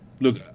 look